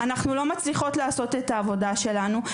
אנחנו לא מצליחות לעשות את העבודה שלנו כראוי,